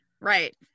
Right